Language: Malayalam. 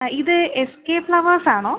ആ ഇത് എ സ് കെ ഫ്ലവേഴ്സ് ആണോ